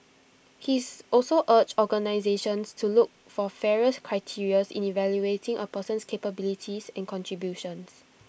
he's also urged organisations to look for fairer criteria's in evaluating A person's capabilities and contributions